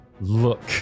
look